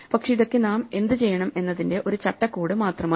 പക്ഷേ ഇതൊക്കെ നാം എന്തു ചെയ്യണം എന്നതിന്റെ ഒരു ചട്ടക്കൂട് മാത്രമാണ്